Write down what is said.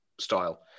style